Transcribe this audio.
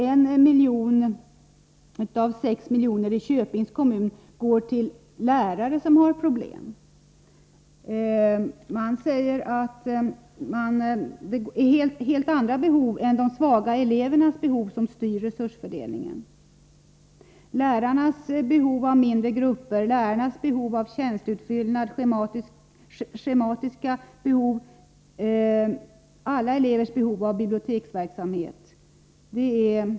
1 milj.kr. av 6 milj.kr. i Köpings kommun går till lärare som har problem. Det är helt andra behov än de svaga elevernas behov som styr resursfördelningen. Det är lärarnas behov av mindre grupper, lärarnas behov av tjänsteutfyllnad, behov som gäller schemat och elevernas behov av biblioteksverksamhet som styr.